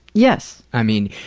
yes. i mean,